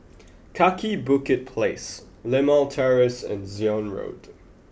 Kaki Bukit Place Limau Terrace and Zion Road